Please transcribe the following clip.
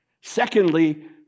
Secondly